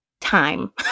time